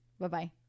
Bye-bye